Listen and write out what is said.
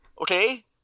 okay